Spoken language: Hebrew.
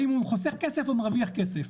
האם הוא חוסך כסף או מרוויח כסף?